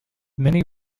many